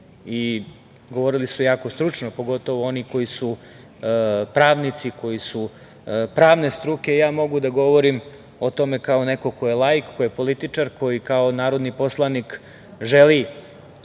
i govorili su jako stručno, pogotovo oni koji su pravnici, koji su pravne struke, ja mogu da govorim o tome kao neko ko je laik, ko je političar, koji kao narodni poslanik želi